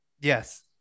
yes